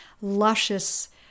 luscious